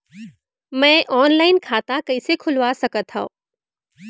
मैं ऑनलाइन खाता कइसे खुलवा सकत हव?